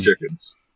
chickens